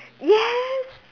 yes